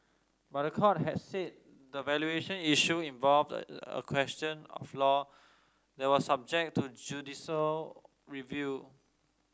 but court had said the valuation issue involved a a question of law that was subject to judicial review